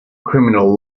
criminal